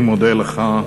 אני מודה לך.